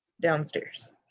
downstairs